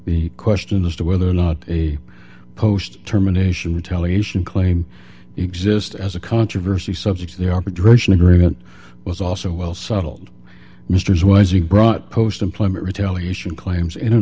the question as to whether or not a post terminations retaliation claim exist as a controversy subject to the operation agreement was also well settled mr as well as you brought post employment retaliation claims in an